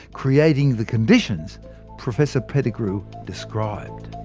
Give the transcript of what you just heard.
creating the conditions professor pettigrew described.